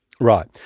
Right